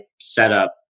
setup